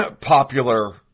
popular